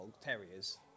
terriers